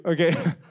okay